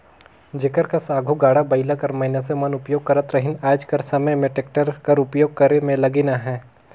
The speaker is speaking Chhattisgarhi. जेकर कस आघु गाड़ा बइला कर मइनसे मन उपियोग करत रहिन आएज कर समे में टेक्टर कर उपियोग करे में लगिन अहें